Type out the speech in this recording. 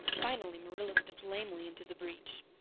finally marilla stepped lamely into the breach.